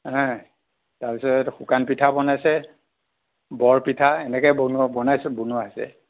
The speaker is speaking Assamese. তাৰপিছত শুকান পিঠা বনাইছে বৰ পিঠা এনেকৈ বনো বনাইছে বনোৱা হৈছে